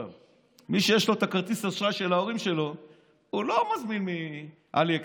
מי שיש לו כרטיס האשראי של ההורים שלו לא מזמין מעלי אקספרס,